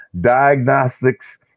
diagnostics